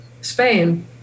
Spain